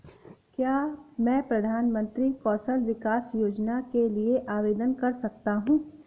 क्या मैं प्रधानमंत्री कौशल विकास योजना के लिए आवेदन कर सकता हूँ?